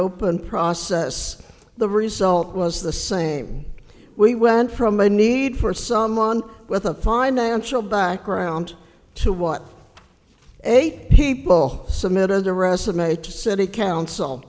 open process the result was the same we went from a need for someone with a financial background to what eight people submit a resume to city council